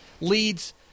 leads